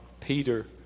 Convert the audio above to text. Peter